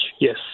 yes